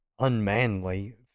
unmanly